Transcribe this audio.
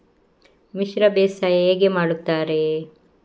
ಮಿಶ್ರ ಬೇಸಾಯ ಹೇಗೆ ಮಾಡುತ್ತಾರೆ?